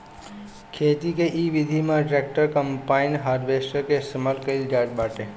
खेती के इ विधि में ट्रैक्टर, कम्पाईन, हारवेस्टर के इस्तेमाल कईल जात बाटे